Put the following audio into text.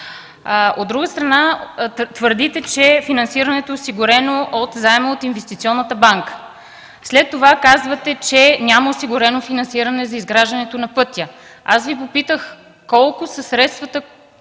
От друга страна, твърдите, че финансирането е осигурено със заем от Инвестиционната банка, след това казвате, че няма осигурено финансиране за изграждането на пътя. Аз Ви попитах колко са средствата